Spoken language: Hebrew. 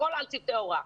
הכול על צוותי ההוראה.